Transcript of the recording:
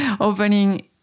opening